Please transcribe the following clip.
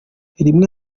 rimwe